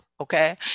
okay